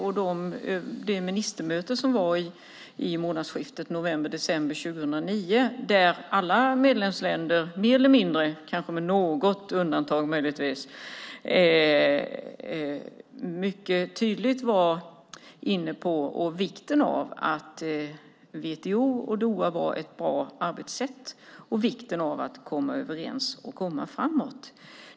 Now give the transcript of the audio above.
På ministermötet i månadsskiftet november/december 2009 var alla medlemsländer, möjligen med något undantag, mycket tydligt inne på att WTO och Doha var ett bra arbetssätt och att det var viktigt att komma överens och komma framåt.